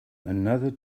another